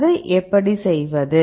அதை எப்படி செய்வது